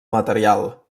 material